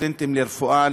סטודנטים לרפואה,